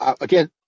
again